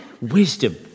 Wisdom